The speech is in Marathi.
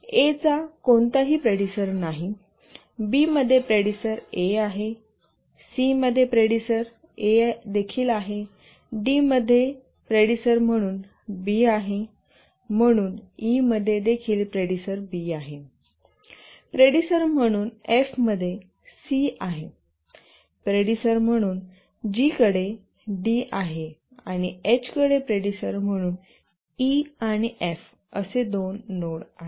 ए चा कोणताही प्रेडिसर नाही बी मध्ये प्रेडिसर ए आहे सी मध्ये प्रेडिसर ए देखील आहे डी मध्ये प्रेडिसर म्हणून बी आहे म्हणून ई मध्ये देखील प्रेडिसर बी आहे प्रेडिसर म्हणून एफ मध्ये सी आहे प्रेडिसर म्हणून जी कडे डी आहे आणि एचकडे प्रेडिसर म्हणून ई आणि एफ असे दोन नोड आहेत